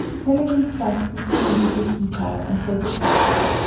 telegin strikes the strings of his guitar and plays a polka.